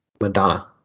Madonna